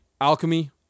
alchemy